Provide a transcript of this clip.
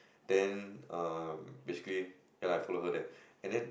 then um basically ya lah I follow her there and then